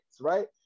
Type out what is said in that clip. right